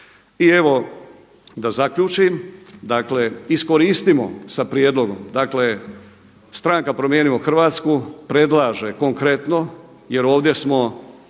I evo da zaključim, dakle iskoristimo sa prijedlogom, dakle stranka „Promijenimo Hrvatsku“ predlaže konkretno jer ovdje smo